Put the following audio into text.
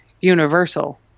universal